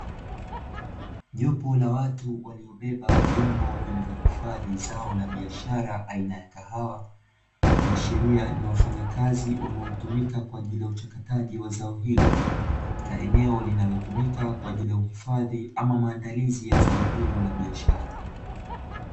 Jopo la watu waliobeba vyombo vilivyo jaa zao la biashara aina ya kahawa, ikiashiria ni wafanyakazi wanaotumika kwa ajili ya uchakataji wa zao hilo katika eneo, linalotumika kwa ajili ya kuhifadhi ama maandalizi ya zao hilo la biashara.